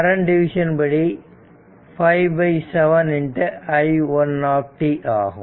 current division படி 5 7 i 1t ஆகும்